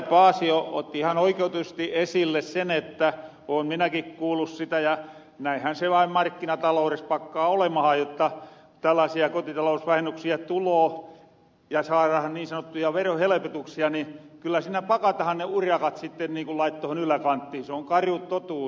paasio otti ihan oikeutetusti esille sen että olen minäkin kuullut siitä ja näinhän se on vain markkinatalouressa pakkaa olemahan jotta tällaisia kotitalousvähennyksiä tuloo ja saarahan niin sanottuja verohelpotuksia niin kyllä siinä pakatahan ne urakat sitten laittoon yläkanttiin